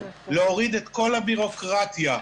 להוריד את כל הבירוקרטיה.